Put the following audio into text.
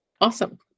Awesome